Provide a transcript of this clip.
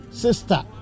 sister